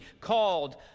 called